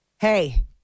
Hey